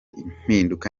impinduka